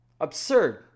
absurd